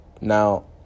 Now